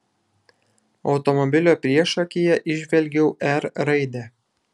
automobilio priešakyje įžvelgiau r raidę